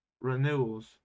renewals